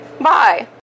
Bye